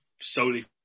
solely